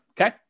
okay